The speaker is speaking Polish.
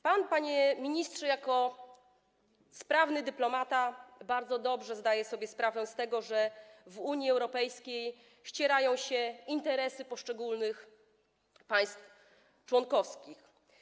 Pan, panie ministrze, jako sprawny dyplomata bardzo dobrze zdaje sobie sprawę z tego, że w Unii Europejskiej ścierają się interesy poszczególnych państw członkowskich.